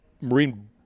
marine